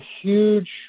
huge